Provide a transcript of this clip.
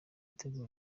itegura